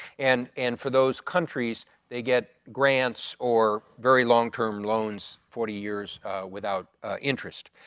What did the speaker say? and and for those countries they get grants or very long term loans forty years without interest.